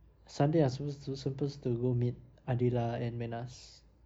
sunday I'm supposed to supposed to go meet adela and menaz